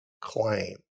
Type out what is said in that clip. claim